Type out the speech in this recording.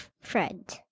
friend